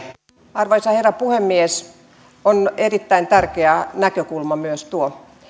arvoisa herra puhemies on erittäin tärkeä näkökulma myös tuo